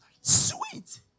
Sweet